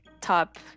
top